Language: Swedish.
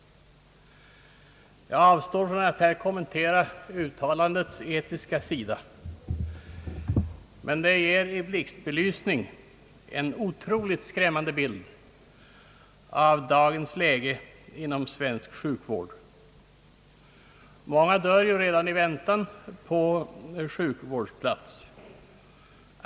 Jag avstår från att här kommentera uttalandets etiska sida, men det ger i blixtbelysning en otroligt skrämmande bild av dagens läge inom svensk sjukvård. Många dör ju redan i väntan på sjukvårdsplats.